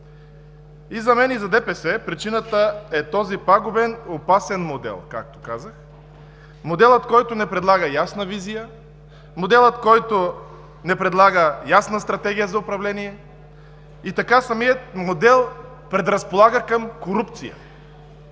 И за мен, и за ДПС причината е този пагубен, опасен модел, както казах; моделът, който не предлага ясна визия; моделът, който не предлага ясна стратегия за управление и така самият модел предразполага към корупция.